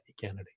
Kennedy